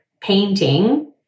painting